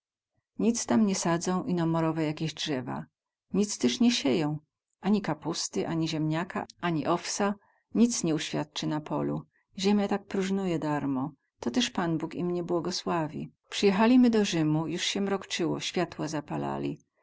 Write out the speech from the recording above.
nic tam nie sadzą ino morowe jakieś drzewa nic tyz nie sieją ani kapusty ani ziemniaka ani owsa nic nie uświadcy na polu ziemia tak próżnuje darmo to tyz pan bóg im nie błogosławi przyjechalimy do rzymu juz sie mrokcyło światła zapalali